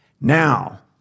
Now